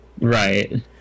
Right